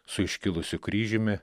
su iškilusiu kryžiumi